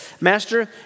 Master